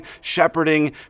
shepherding